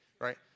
right